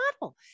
model